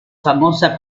famosa